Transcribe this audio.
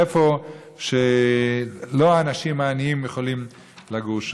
איפה שהאנשים העניים לא יכולים לגור.